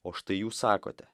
o štai jūs sakote